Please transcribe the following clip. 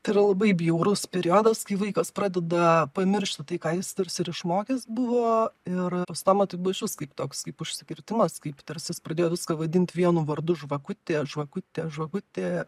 tai yra labai bjaurus periodas kai vaikas pradeda pamiršti tai ką jis tarsi ir išmokęs buvo ir pas tomą tai buvo išvis kaip toks kaip užsikirtimas kaip tarsi jis pradėjo viską vadint vienu vardu žvakutė žvakutė žvakutė